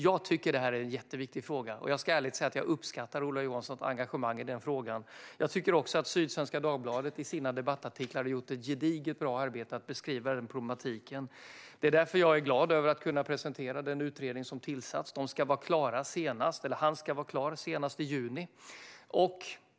Jag tycker att det här är en jätteviktig fråga, och jag ska ärligt säga att jag uppskattar Ola Johanssons engagemang i frågan. Jag tycker också att Sydsvenska Dagbladet i sina debattartiklar har gjort ett gediget bra arbete med att beskriva problematiken. Jag är glad över att så småningom kunna presentera den utredning som tillsatts. Utredaren ska vara klar senast i juni.